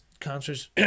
concerts